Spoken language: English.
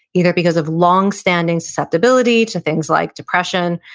either because of longstanding susceptibility to things like depression,